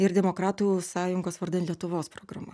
ir demokratų sąjungos vardan lietuvos programa